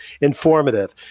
informative